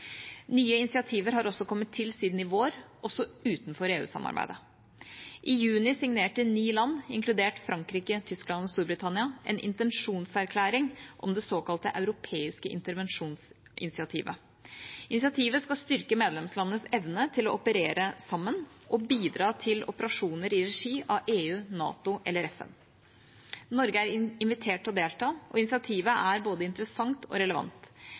Nye initiativer har også kommet til siden i vår, også utenfor EU-samarbeidet. I juni signerte ni land, inkludert Frankrike, Tyskland og Storbritannia, en intensjonserklæring om det såkalte europeiske intervensjonsinitiativet. Initiativet skal styrke medlemslandenes evne til å operere sammen og bidra til operasjoner i regi av EU, NATO eller FN. Norge er invitert til å delta, og initiativet er både interessant og relevant